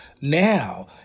now